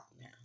now